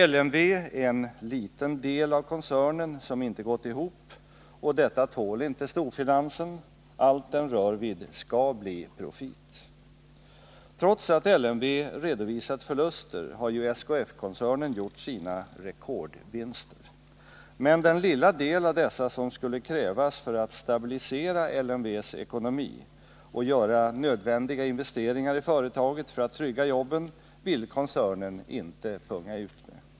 LMV är en liten del av koncernen som inte gått ihop, och detta tål inte storfinansen: allt den rör vid skall bli profit. Trots att LMV redovisat förluster har ju SKF-koncernen gjort sina rekordvinster. Men den lilla del av dessa som skulle krävas för att stabilisera LMV:s ekonomi och göra nödvändiga investeringar i företaget för att trygga jobben vill koncernen inte punga ut med.